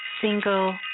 single